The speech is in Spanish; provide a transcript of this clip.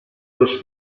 los